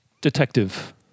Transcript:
detective